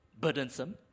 burdensome